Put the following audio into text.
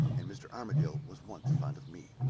and mr. armadale was once fond of me.